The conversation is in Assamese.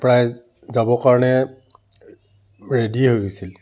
প্ৰায় যাবৰ কাৰণে ৰেডি হৈ গৈছিল